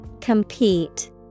Compete